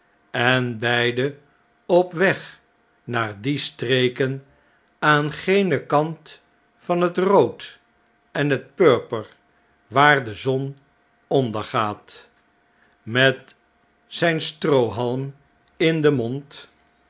en beide op weg naar die streken aan genen kant van het rood en het purper waar de zon ondergaat met zjjn stroohalm in den mond